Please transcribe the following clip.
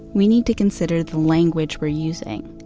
we need to consider the language we're using.